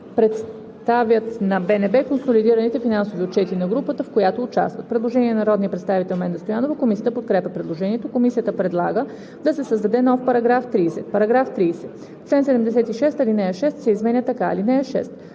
представят на БНБ консолидираните финансови отчети на групата, в която участват.“ Предложение на народния представител Менда Стоянова. Комисията подкрепя предложението. Комисията предлага да се създаде нов § 30: „§ 30. В чл. 76 ал. 6 се изменя така: „(6)